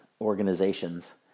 organizations